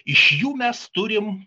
iš jų mes turim